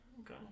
Okay